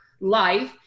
life